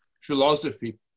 philosophy